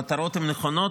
המטרות הן נכונות,